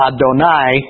Adonai